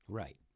right